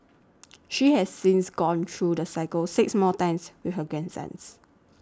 she has since gone through the cycle six more times with her grandsons